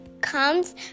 comes